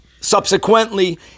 Subsequently